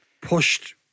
pushed